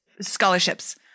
scholarships